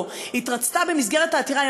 התרצתה במסגרת העתירה.